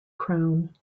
crown